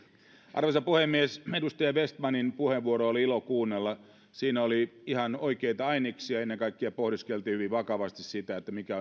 arvoisa puhemies edustaja vestmanin puheenvuoroa oli ilo kuunnella siinä oli ihan oikeita aineksia ennen kaikkia pohdiskeltiin hyvin vakavasti sitä mikä